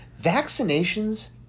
Vaccinations